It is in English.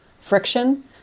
friction